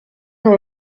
dans